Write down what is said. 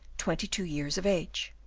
twenty-two years of age.